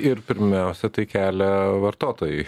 ir pirmiausia tai kelia vartotojai